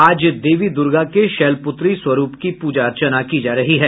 आज देवी दुर्गा के शैलपुत्री स्वरूप की पूजा अर्चना हो रही है